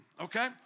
okay